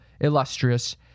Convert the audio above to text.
illustrious